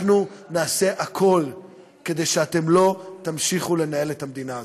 אנחנו נעשה הכול כדי שאתם לא תמשיכו לנהל את המדינה הזאת.